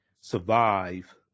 Survive